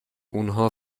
اونها